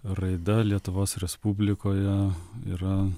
raida lietuvos respublikoje yra